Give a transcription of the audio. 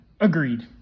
Agreed